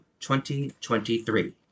2023